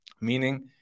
Meaning